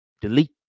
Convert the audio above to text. delete